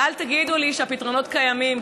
ואל תגידו לי שהפתרונות קיימים,